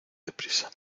deprisa